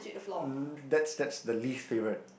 um that's that's the least favourite